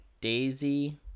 Daisy